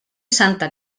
santa